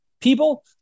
People